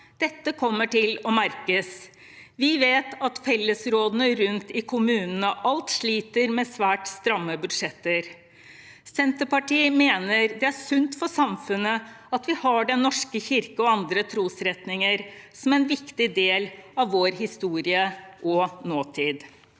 Dette kommer til å merkes. Vi vet at fellesrådene rundt i kommunene alt sliter med svært stramme budsjetter. Senterpartiet mener det er sunt for samfunnet at vi har Den norske kirke og andre trosretninger som en viktig del av vår historie og nåtid.